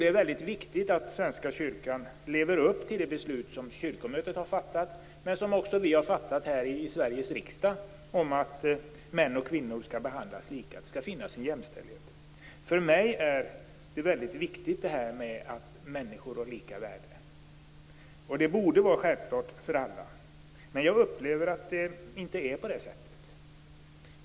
Det är mycket viktigt att Svenska kyrkan lever upp till det beslut som kyrkomötet har fattat, men som vi också har fattat här i Sveriges riksdag, om att män och kvinnor skall behandlas lika, att det skall finnas en jämställdhet. För mig är det väldigt viktigt att människor har lika värde. Det borde vara självklart för alla, men jag upplever att det inte är på det sättet.